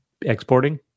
exporting